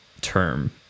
term